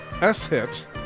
S-Hit